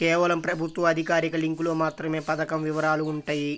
కేవలం ప్రభుత్వ అధికారిక లింకులో మాత్రమే పథకం వివరాలు వుంటయ్యి